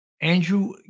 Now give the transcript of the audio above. Andrew